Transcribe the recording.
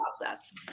process